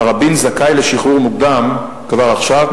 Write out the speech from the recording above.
תראבין זכאי לשחרור מוקדם כבר עכשיו,